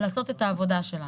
לעשות את העבודה שלנו.